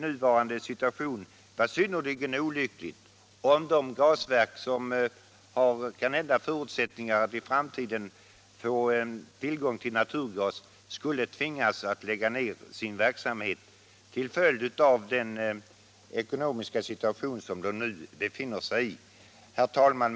Med tanke på att vi kanske i framtiden får tillgång till naturgas skulle det vara synnerligen olyckligt om stadsgasverken till följd av den ekonomiska situation som de nu befinner sig i tvingas lägga ner sin verksamhet. Herr talman!